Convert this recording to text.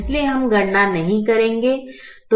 इसलिए हम गणना नहीं करेंगे